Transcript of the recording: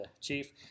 Chief